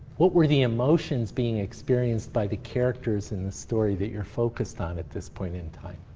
what were the emotions being experienced by the characters in the story that you're focused on at this point in time?